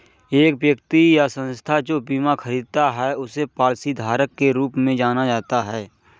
एक व्यक्ति या संस्था जो बीमा खरीदता है उसे पॉलिसीधारक के रूप में जाना जाता है